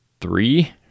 Three